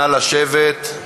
נא לשבת.